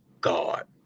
God